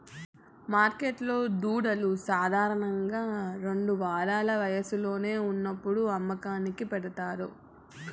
మార్కెట్లో దూడలు సాధారణంగా రెండు వారాల వయస్సులో ఉన్నప్పుడు అమ్మకానికి పెడతారు